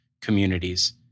communities